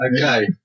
Okay